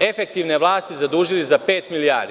efektivne vlasti zadužili za pet milijardi.